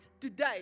today